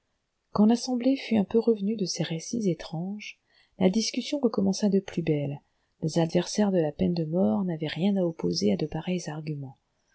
quand l'assemblée fut un peu revenue de ces récits étranges la discussion recommença de plus belle les adversaires de la peine de mort n'avaient rien à opposer à de pareils arguments